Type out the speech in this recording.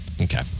Okay